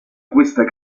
questa